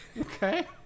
Okay